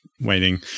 waiting